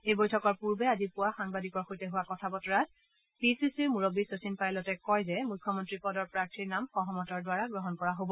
এই বৈঠকৰ পূৰ্বে আজি পুৱা সাংবাদিকৰ সৈতে হোৱা কথা বতৰাত পি চি চিৰ মূৰববী শচীন পাইলটে কয় যে মুখ্যমন্ত্ৰী পদৰ প্ৰাৰ্থীৰ নাম সহমতৰ দ্বাৰা গ্ৰহণ কৰা হ'ব